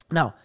Now